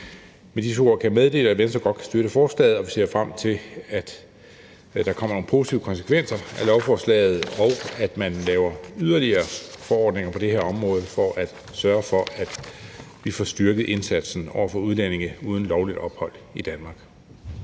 Med disse ord kan jeg meddele, at Venstre godt kan støtte lovforslaget. Og vi ser frem til, at der kommer nogle positive konsekvenser af lovforslaget, og at man laver yderligere forordninger på det her område for at sørge for, at vi får styrket indsatsen over for udlændinge uden lovligt ophold i Danmark.